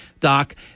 Doc